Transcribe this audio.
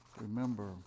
remember